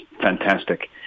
fantastic